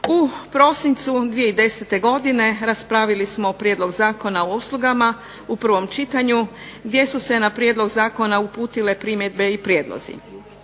U prosincu 2010. godine raspravili smo prijedlog Zakona o uslugama u prvom čitanju gdje su se na prijedlog zakona uputile primjedbe i prijedlozi.